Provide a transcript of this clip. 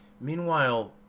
Meanwhile